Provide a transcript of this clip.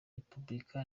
repubulika